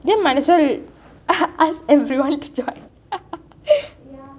then might as well ask everyone to join